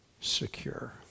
secure